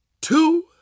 two